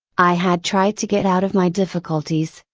i had tried to get out of my difficulties,